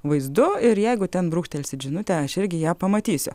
vaizdu ir jeigu ten brūkštelsit žinutę aš irgi ją pamatysiu